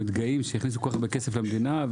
מתגאים שהכניסו כל כך הרבה כסף למדינה,